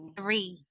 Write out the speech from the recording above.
three